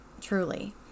truly